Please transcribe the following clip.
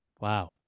wow